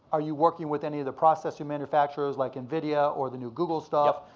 are you working with any of the processing manufacturers, like nvidia or the new google stuff?